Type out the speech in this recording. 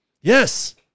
Yes